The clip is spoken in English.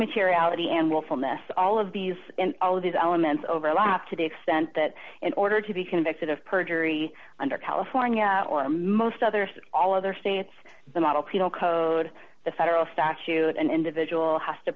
materiality and willfulness all of these all of these elements overlap to the extent that in order to be convicted of perjury under california or most other all other states the model penal code the federal statute an individual has to